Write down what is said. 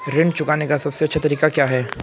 ऋण चुकाने का सबसे अच्छा तरीका क्या है?